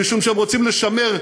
משום שהם רוצים לשמר,